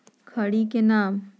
खड़ी के नाम?